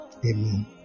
Amen